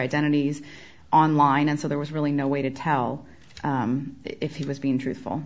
identities online and so there was really no way to tell if he was being truthful